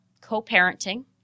co-parenting